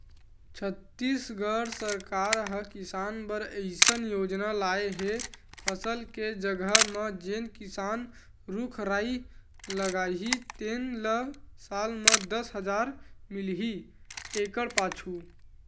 छत्तीसगढ़ सरकार ह किसान बर अइसन योजना लाए हे फसल के जघा म जेन किसान रूख राई लगाही तेन ल साल म दस हजार मिलही एकड़ पाछू